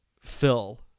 Phil